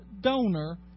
donor